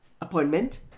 appointment